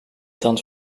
tand